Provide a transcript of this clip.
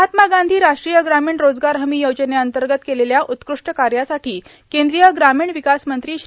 महात्मा गांधी राष्ट्रीय ग्रामीण रोजगार हमी योजने अंतर्गत केलेल्या उत्कृष्ट कार्यासाठी केंद्रीय ग्रामीण विकास मंत्री श्री